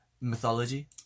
mythology